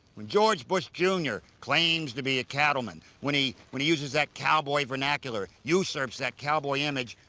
when george bush jr claims to be a cattleman, when he when he uses that cowboy vernacular, usurps that cowboy image,